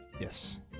Yes